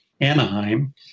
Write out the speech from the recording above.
Anaheim